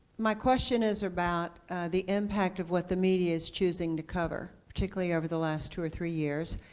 my question is about the impact of what the media is choosing to cover, particularly over the last two or three years.